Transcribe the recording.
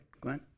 Glenn